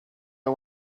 you